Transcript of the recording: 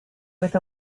with